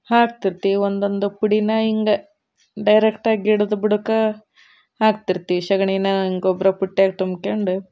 ಹಾಕ್ತಿರ್ತೀವಿ ಒಂದೊಂದು ಪುಡಿನ ಹಿಂಗ ಡೈರೆಕ್ಟಾಗಿ ಗಿಡದ ಬುಡಕ್ಕೆ ಹಾಕ್ತಿರ್ತೀವಿ ಸೆಗಣೀನ ಗೊಬ್ಬರ ಪುಟ್ಯಾಗ ತುಂಬ್ಕೊಂಡು